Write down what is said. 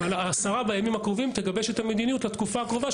השרה בימים הקרובים תגבש את המדיניות לתקופה הקרובה,